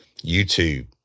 YouTube